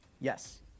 Yes